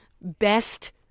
best